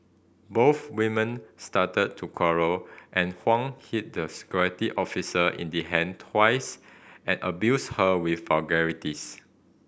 both women started to quarrel and Huang hit the security officer in the hand twice and abused her with vulgarities